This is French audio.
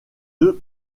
deux